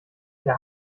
der